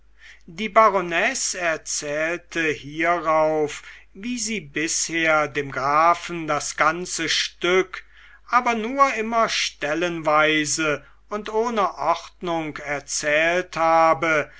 die baronesse erzählte hierauf wie sie bisher dem grafen das ganze stück aber nur immer stellenweise und ohne ordnung erzählt habe